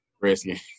Redskins